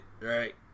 right